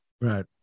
right